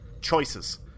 choices